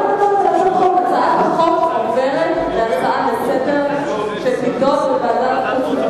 הצעת החוק עוברת להיות הצעה לסדר-היום,